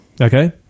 Okay